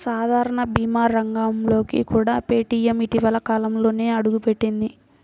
సాధారణ భీమా రంగంలోకి కూడా పేటీఎం ఇటీవలి కాలంలోనే అడుగుపెట్టింది